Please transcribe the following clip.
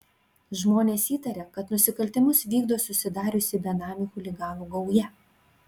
žmonės įtaria kad nusikaltimus vykdo susidariusi benamių chuliganų gauja